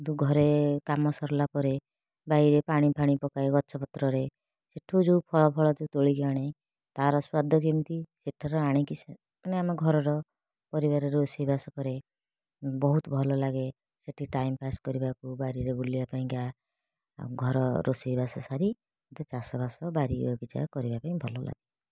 ଘରେ କାମ ସରିଲା ପରେ ବାରିରେ ପାଣି ଫାଣି ପକାଇ ଗଛପତ୍ରରେ ସେଇଠୁ ଯେଉଁ ଫଳ ଫଳ ଯେଉଁ ତୋଳିକି ଆଣେ ତା'ର ସ୍ୱାଦ କେମିତି ସେଠାରୁ ଆଣିକି ମାନେ ଆମ ଘରର ପରିବାରର ରୋଷେଇବାସ କରେ ବହୁତ ଭଲ ଲାଗେ ସେଠି ଟାଇମପାସ୍ କରିବାକୁ ବାରିରେ ବୁଲିବା ପାଇଁ କା ଆଉ ଘର ରୋଷେଇବାସ ସାରି ଚାଷବାସ ବାରି ବଗିଚା କରିବା ପାଇଁ ଭଲ ଲାଗେ